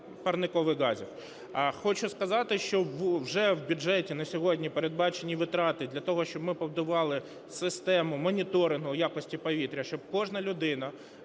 парникових газів. Хочу сказати, що вже в бюджеті на сьогодні передбачені витрати для того, щоб ми побудували систему моніторингу якості повітря. Щоб кожна людина